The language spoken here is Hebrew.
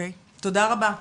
תודה רבה.